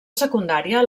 secundària